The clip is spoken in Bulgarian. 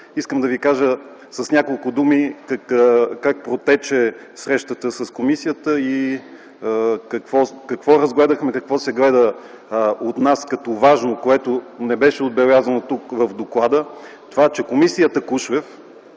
Искам да Ви кажа с няколко думи как протече срещата с комисията, какво се гледа от нас като важно, което не беше отбелязано тук, в доклада – това, че Комисията „Кушлев”